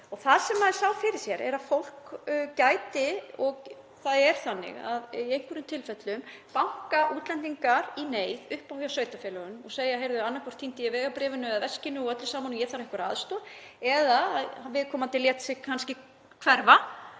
og það sem maður sá fyrir sér var að fólk gæti — og það er þannig að í einhverjum tilfellum banka útlendingar í neyð upp á hjá sveitarfélögunum og segja: Heyrðu, annaðhvort týndi ég vegabréfinu eða veskinu og öllu saman og ég þarf einhverja aðstoð eða að viðkomandi lét sig hverfa